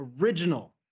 original